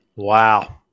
Wow